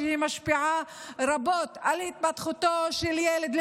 שמשפיעה רבות על התפתחותו של ילד,